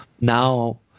Now